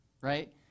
right